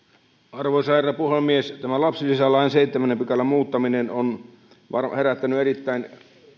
arvoisa herra puhemies tämä lapsilisälain seitsemännen pykälän muuttaminen on herättänyt erittäin